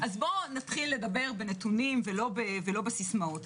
בוא נתחיל לדבר בנתונים ולא בסיסמאות.